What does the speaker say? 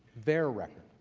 their record.